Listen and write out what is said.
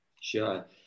Sure